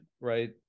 right